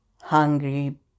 hungry